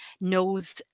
knows